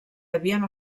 havien